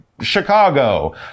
Chicago